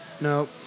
No